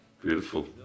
Beautiful